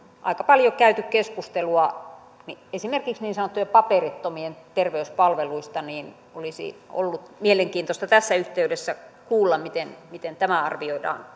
aika paljon käyty keskustelua esimerkiksi niin sanottujen paperittomien terveyspalveluista niin olisi ollut mielenkiintoista tässä yhteydessä kuulla miten miten tämän arvioidaan